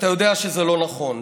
אתה יודע שזה לא נכון.